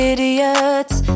Idiots